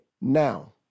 Now